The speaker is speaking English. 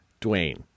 Dwayne